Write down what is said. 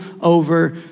over